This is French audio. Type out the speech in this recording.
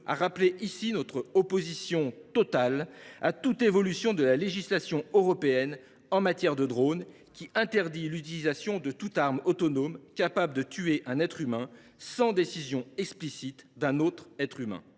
à rappeler ici notre opposition totale à toute évolution de la législation européenne en matière de drones, dans la mesure où celle ci interdit l’utilisation de toute arme autonome capable de tuer un être humain sans décision explicite d’un autre être humain.